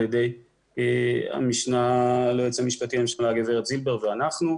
ידי המשנה ליועץ המשפטי לממשלה הגברת זילבר ואנחנו.